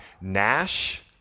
Nash